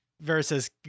versus